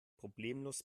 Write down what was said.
problemlos